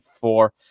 four